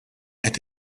qed